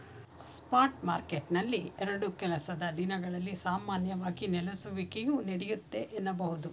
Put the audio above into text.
spot ಮಾರ್ಕೆಟ್ನಲ್ಲಿ ಎರಡು ಕೆಲಸದ ದಿನಗಳಲ್ಲಿ ಸಾಮಾನ್ಯವಾಗಿ ನೆಲೆಸುವಿಕೆಯು ನಡೆಯುತ್ತೆ ಎನ್ನಬಹುದು